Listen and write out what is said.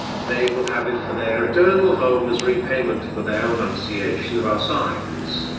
they will have it for their eternal home as repayment for their renunciation of our signs.